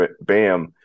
Bam